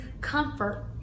comfort